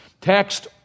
text